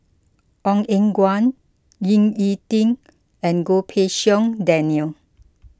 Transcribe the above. Ong Eng Guan Ying E Ding and Goh Pei Siong Daniel